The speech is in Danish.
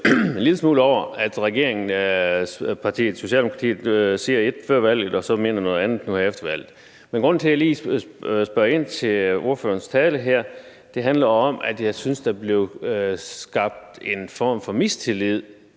selvfølgelig over, at Socialdemokratiet siger ét før valget og så mener noget andet her efter valget. Men grunden til, at jeg spørger ind til lige ordførerens tale her, er, at jeg synes, der blev skabt en form for mistillid